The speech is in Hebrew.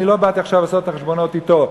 ואני לא באתי עכשיו לעשות את החשבונות אתו,